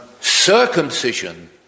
circumcision